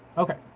okay.